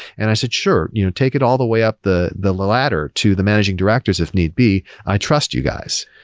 and i said, sure. you know take it all the way up the the ladder to the managing directors if need be. i trust you guys.